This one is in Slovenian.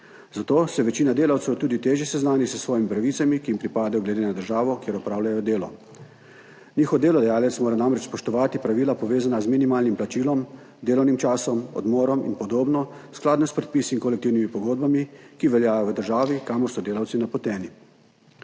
zato se večina delavcev tudi težje seznani s svojimi pravicami, ki jim pripadajo glede na državo, kjer opravljajo delo. Njihov delodajalec mora namreč spoštovati pravila, povezana z minimalnim plačilom, delovnim časom, odmorom in podobno, v skladu s predpisi in kolektivnimi pogodbami, ki veljajo v državi, kamor so delavci napoteni.